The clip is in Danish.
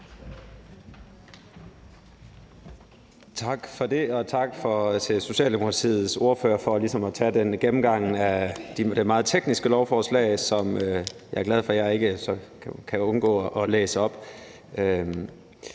Tak for det. Og tak til Socialdemokratiets ordfører for ligesom at tage gennemgangen af det meget tekniske lovforslag, som jeg er glad for at jeg så kan undgå at læse op.